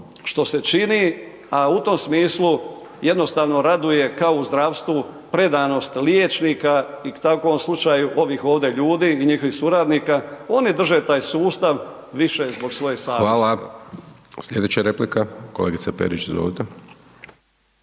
što se čini, u tom smislu, jednostavno raduje kao u zdravstvu, predanost liječnika i u takvom slučaju ovih ovdje ljudi i njihovih suradnika, oni drže taj sustav, više zbog svoje savjesti. **Hajdaš Dončić, Siniša (SDP)** Hvala. Sljedeća replika, kolegice Perić, izvolite.